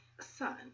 Son